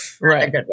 Right